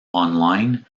online